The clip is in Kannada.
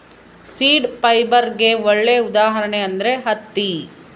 ಸೀಡ್ ಫೈಬರ್ಗೆ ಒಳ್ಳೆ ಉದಾಹರಣೆ ಅಂದ್ರೆ ಹತ್ತಿ